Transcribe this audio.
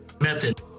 method